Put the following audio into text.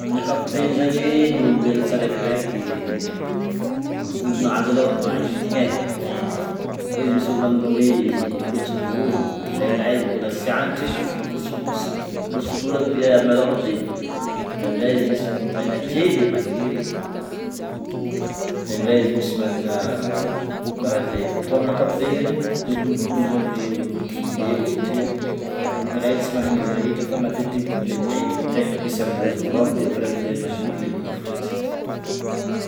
Amin'ny ankapobeny zagny ny ôlombelogno tsaraikiraiky volon'azy alôha maintigny e,maintigny fô izy misy ôlo managna hoe fotsy volo ndraindray izy mbôla tsy antitry efa fotsy volo, fotsy volo malôha be, ndraindray izy misy volo mena kely le maniry na miloko volo, ndraindray izy misy managna loko karaha zay. Fô amin'ny ankapobeny zegny, lokon'ny volo zany eoeo amin'ny dimy satria olona ray tsy managna izy rehetra fa matetitetiky le mainty no tegna misy amin'azy voalohany de après amin'jay maniry le volo fotsy.